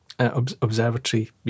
Observatory